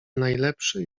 najlepszy